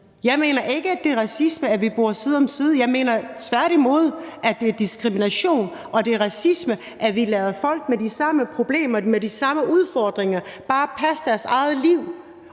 Jeg mener ikke, at det er racisme, at vi bor side om side. Jeg mener tværtimod, at det er diskrimination og det er racisme, at vi bare lader folk med de samme problemer, med de samme udfordringer, passe deres eget liv,